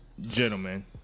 gentlemen